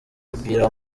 mupira